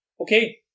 Okay